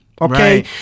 Okay